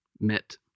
met